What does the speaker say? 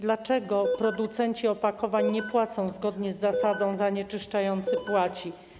Dlaczego producenci opakowań nie płacą zgodnie z zasadą: zanieczyszczający płaci?